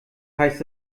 heißt